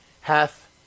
hath